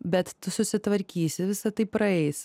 bet tu susitvarkysi visa tai praeis ir